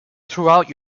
throughout